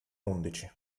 undici